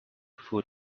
food